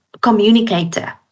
communicator